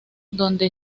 donde